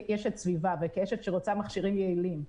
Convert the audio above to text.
כאשת סביבה וכמי שרוצה מכשירים יעילים,